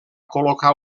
col·locar